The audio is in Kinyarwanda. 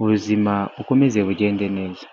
ubuzima bukomeze bugende neza.